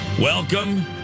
Welcome